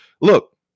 Look